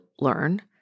learn